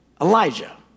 Elijah